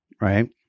right